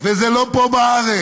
וזה לא פה בארץ.